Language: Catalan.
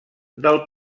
del